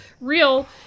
real